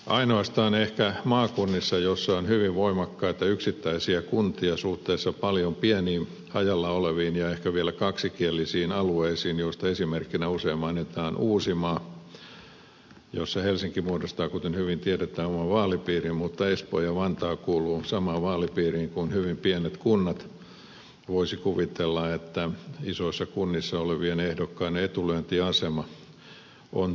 ainoastaan ehkä maakunnissa joissa on hyvin voimakkaita yksittäisiä kuntia suhteessa moniin pieniin hajalla oleviin ja ehkä vielä kaksikielisiin alueisiin joista esimerkkinä usein mainitaan uusimaa jossa helsinki muodostaa kuten hyvin tiedetään oman vaalipiirin mutta espoo ja vantaa kuuluvat samaan vaalipiiriin kuin hyvin pienet kunnat voisi kuvitella että isoissa kunnissa olevien ehdokkaiden etulyöntiasema on tuntuva